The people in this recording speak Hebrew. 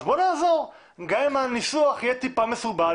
אז בוא נעזור גם אם הניסוח יהיה טיפה מסורבל